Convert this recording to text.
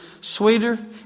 sweeter